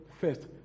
first